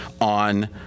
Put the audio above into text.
on